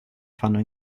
fanno